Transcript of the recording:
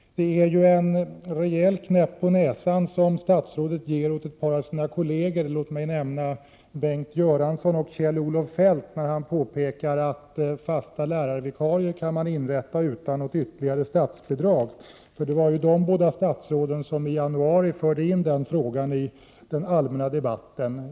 Det är en rejäl knäpp på näsan som statsrådet ger åt ett par av sina kolleger —låt mig nämna Bengt Göransson och Kjell-Olof Feldt — när han påpekar att man kan inrätta tjänster för fasta lärarvikarier utan ytterligare statsbidrag. Dessa båda nämnda statsråden förde i januari in den frågan i den allmänna debatten.